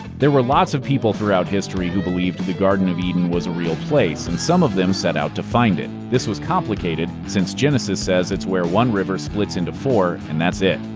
there were lots of people throughout history who believed the garden of eden was a real place, and some of them set out to find it. this was complicated, since genesis says it's where one river splits into four, and that's it.